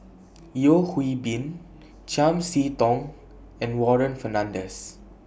Yeo Hwee Bin Chiam See Tong and Warren Fernandez